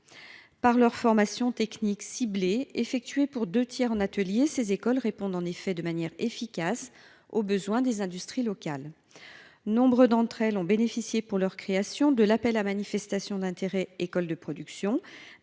Par leur formation technique ciblée, effectuée pour deux tiers en atelier, ces écoles répondent en effet de manière efficace aux besoins des industries locales. Nombre d’entre elles ont bénéficié pour leur création de l’appel à manifestation d’intérêt « Écoles de production »,